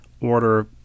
order